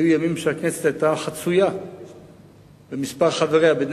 היו ימים שהכנסת היתה חצויה במספר חבריה בין